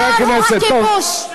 ה"חמאס" זה ארגון טרור שרוצח פלסטינים.